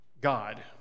God